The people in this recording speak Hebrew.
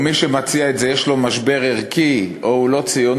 או מי שמציע את זה יש לו משבר ערכי או שהוא לא ציוני,